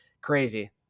crazy